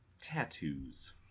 tattoos